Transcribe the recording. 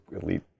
elite